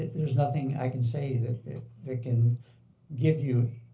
there's nothing i can say that that can give you